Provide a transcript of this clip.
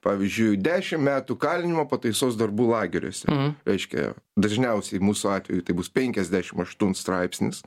pavyzdžiui dešimt metų kalinimo pataisos darbų lageriuose reiškia dažniausiai mūsų atveju tai bus penkiasdešim aštuntas straipsnis